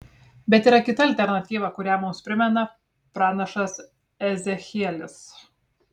bet yra kita alternatyva kurią mums primena pranašas ezechielis